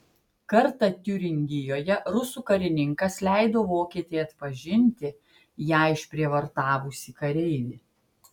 kartą tiuringijoje rusų karininkas leido vokietei atpažinti ją išprievartavusį kareivį